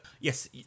Yes